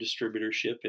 distributorship